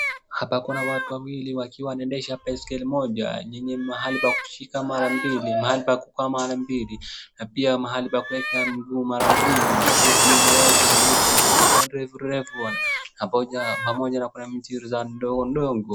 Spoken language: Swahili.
Hapa kuna watu wawili wakiwa wanaendesha baiskeli moja lenye mahali pa kushika mara mbili, mahali pa kukaa mara mbili, na pia mahali pa kueka mguu mara mbili. Huku nyuma yao kuna miti zikiwa refu refu na pamoja na kuna miti zikiwa ndogo ndogo.